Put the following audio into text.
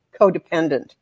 codependent